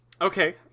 Okay